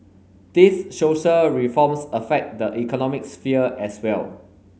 these social reforms affect the economic sphere as well